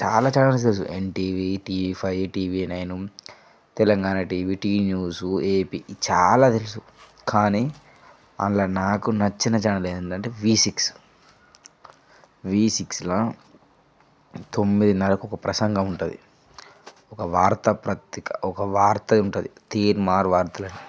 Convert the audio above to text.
చాలా చానల్స్ తెలుసు NTV TV five TV nine Telangana TV TV news AP చాలా తెలుసు కానీ అందులో నాకు నచ్చిన ఛానల్ ఏంటి అంటే వి సిక్స్ వి సిక్స్లో తొమ్మిదిన్నర్రకు ఒక ప్రసంగం ఉంటుంది ఒక వార్తా ప్రతీక ఒక వార్త ఉంటుంది తీన్మార్ వార్తలని